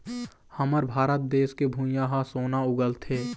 हमर भारत देस के भुंइयाँ ह सोना उगलथे